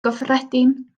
gyffredin